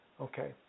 Okay